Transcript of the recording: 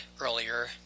earlier